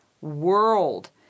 world